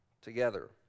together